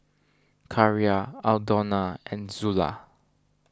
Carra Aldona and Zula